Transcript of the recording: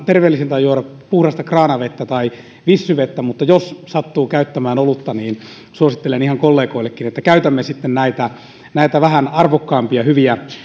terveellisintä on juoda puhdasta kraanavettä tai vichyvettä mutta jos sattuu käyttämään olutta niin suosittelen ihan kollegoillekin että käytämme sitten näitä vähän arvokkaampia hyviä